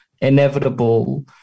inevitable